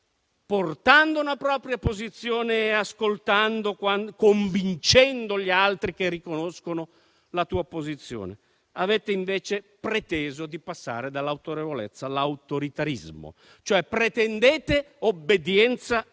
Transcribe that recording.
portando una propria posizione, ascoltando, convincendo gli altri che riconoscono la tua posizione. Avete, invece, preteso di passare dall'autorevolezza all'autoritarismo. Pretendete obbedienza incondizionata.